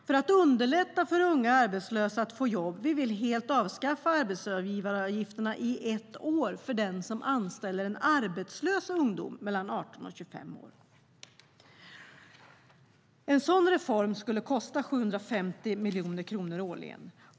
För att underlätta för unga arbetslösa att få jobb vill vi helt avskaffa arbetsgivaravgifterna i ett år för den som anställer en arbetslös ungdom mellan 18 och 25 år. En sådan reform skulle kosta 750 miljoner kronor årligen.